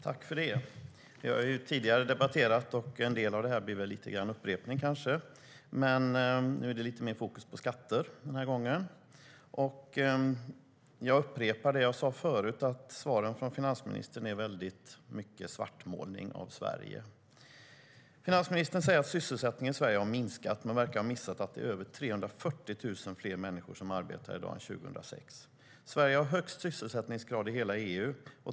Fru talman! Vi har debatterat tidigare i dag, och en del av det här blir kanske en upprepning. Men den här gången är det lite mer fokus på skatter. Jag upprepar det jag sade förut, nämligen att det i svaren från finansministern är mycket svartmålning av Sverige. Finansministern säger att sysselsättningen i Sverige har minskat men verkar ha missat att det är över 340 000 fler människor som arbetar i dag än 2006. Sverige har högst sysselsättningsgrad i hela EU.